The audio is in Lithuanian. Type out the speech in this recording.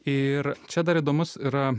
ir čia dar įdomus yra